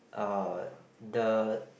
uh the